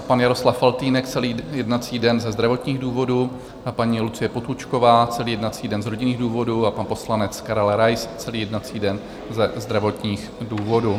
Pan Jaroslav Faltýnek celý jednací den ze zdravotních důvodů, paní Lucie Potůčková celý jednací den z rodinných důvodů a pan poslanec Karel Rais celý jednací den ze zdravotních důvodů.